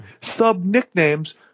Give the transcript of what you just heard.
sub-nicknames